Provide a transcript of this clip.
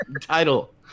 title